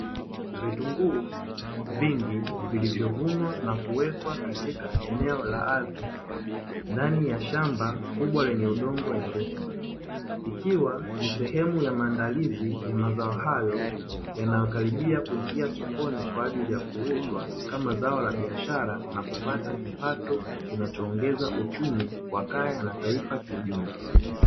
Vitunguu vingi vilivyovunwa na kuwekwa katika eneo la ardhi ndani ya shamba kubwa lenye udongo wenye rutuba, ikiwa ni sehemu ya maandalizi ya mazao hayo yanayokaribia kuingia sokoni kwa ajili ya kuuzwa kama zao la biashara na kupata kipato kinachoongeza uchumi wa kaya na taifa kiujumla.